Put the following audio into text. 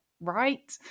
right